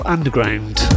Underground